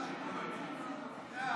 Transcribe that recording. תשאירו לו את זה.